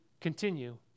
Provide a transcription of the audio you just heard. continue